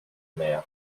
mère